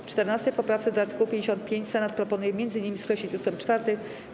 W 14. poprawce do art. 55 Senat proponuje m.in. skreślić ust. 4.